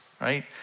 right